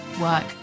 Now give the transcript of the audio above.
work